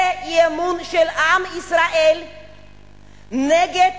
זה אי-אמון של עם ישראל נגד